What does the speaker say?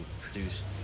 produced